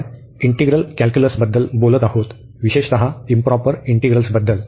आपण इंटिग्रल कॅल्क्युलसबद्दल बोलत आहोत विशेषतः इंप्रॉपर इंटिग्रल्सबद्दल